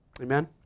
Amen